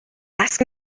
ask